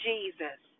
Jesus